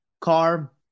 car